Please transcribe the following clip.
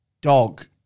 dog